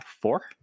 four